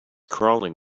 crawling